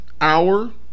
hour